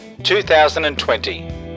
2020